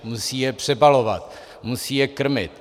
Musí je přebalovat, musí je krmit.